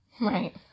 Right